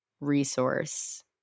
resource